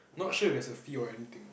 not sure if there is a fee or anything